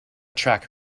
track